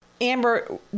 amber